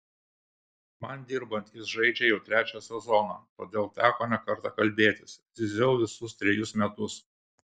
man dirbant jis žaidžia jau trečią sezoną todėl teko ne kartą kalbėtis zyziau visus trejus metus